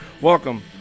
Welcome